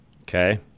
Okay